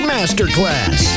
Masterclass